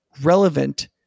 relevant